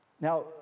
Now